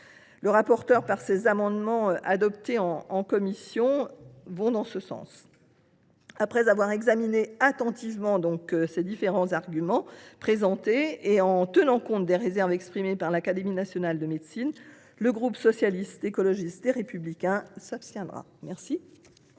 du rapporteur qui ont été adoptés en commission vont dans ce sens. Ayant examiné attentivement les différents arguments présentés et tenant compte des réserves exprimées par l’Académie nationale de médecine, le groupe Socialiste, Écologiste et Républicain s’abstiendra. La